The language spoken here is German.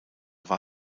war